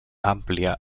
àmplia